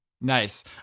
Nice